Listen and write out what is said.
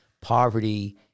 poverty